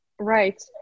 Right